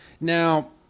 Now